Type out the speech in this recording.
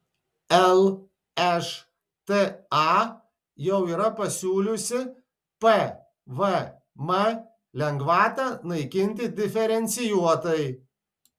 lšta jau yra siūliusi pvm lengvatą naikinti diferencijuotai